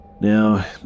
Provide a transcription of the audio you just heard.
Now